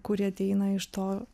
kuri ateina iš to